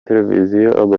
televiziyo